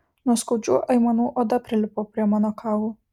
nuo skaudžių aimanų oda prilipo prie mano kaulų